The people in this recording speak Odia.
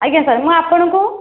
ଆଜ୍ଞା ସାର୍ ମୁଁ ଆପଣଙ୍କୁ